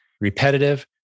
repetitive